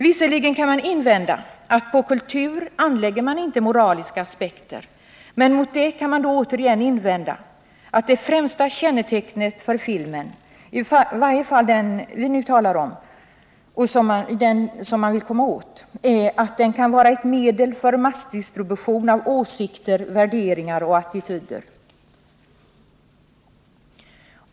Visserligen kan det invändas att vi inte anlägger moraliska aspekter på kultur, men mot det kan då återigen invändas att det främsta kännetecknet för filmen, i varje fall den film vi nu talar om och som vi vill komma åt, är att den är ett medel för massdistribution av åsikter, värderingar och attityder.